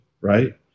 right